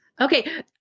Okay